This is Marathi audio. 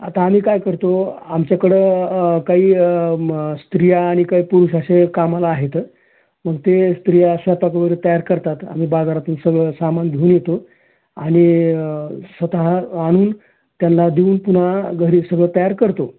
आता आम्ही काय करतो आमच्याकडं काही स्त्रिया आणि काही पुरुष असे कामाला आहेत मग ते स्त्रिया स्वयंपाक वगैरे तयार करतात आम्ही बाजारातून सगळं सामान घेऊन येतो आणि स्वतः आणून त्यांना देऊन पुन्हा घरी सगळं तयार करतो